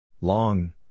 Long